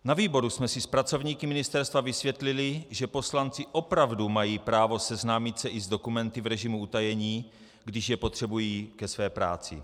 Na výboru jsme si s pracovníky ministerstva vysvětlili, že poslanci opravdu mají právo seznámit se i s dokumenty v režimu utajení, když je potřebují ke své práci.